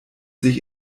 sich